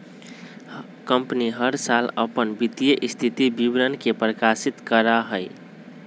company हर साल अपन वित्तीय स्थिति विवरण के प्रकाशित करा हई